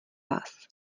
vás